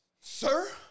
sir